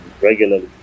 regularly